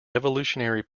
evolutionary